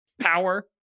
power